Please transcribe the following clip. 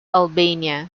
albania